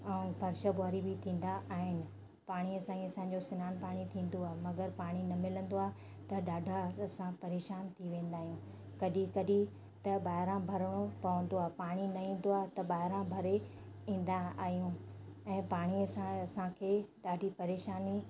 ऐ फ़र्श ॿुहारी बि थींदा आहिनि पाणीअ सां ही असांजो सनानु पाणी थींदो आहे मगरि पाणी न मिलंदो आहे त ॾाढा असां परेशानु थी वेंदा आहियूं कॾहिं कॾहिं त ॿाहिरां भरिणो पवंदो आहे पाणी न ईंदो आहे त ॿाहिरां भरे ईंदा आहियूं ऐं पाणीअ सां असांखे ॾाढी परेशानी